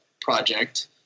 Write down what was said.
project